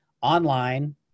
online